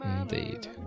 Indeed